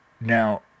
Now